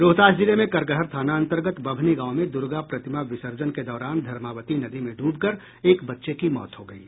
रोहतास जिले में करगहर थाना अन्तर्गत बभनी गांव में दुर्गा प्रतिमा विसर्जन के दौरान धर्मावती नदी में डूब कर एक बच्चे की मौत हो गयी